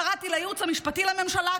קראתי לייעוץ המשפטי לממשלה,